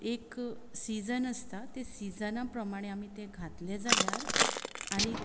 एक सिजन आसता ते सिजना प्रमाणे आमी ते घातले जाल्यार आनी